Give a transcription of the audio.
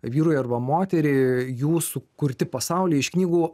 vyrui arba moteriai jų sukurti pasauliai iš knygų